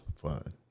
fun